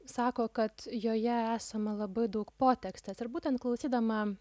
sako kad joje esama labai daug potekstės ir būtent klausydama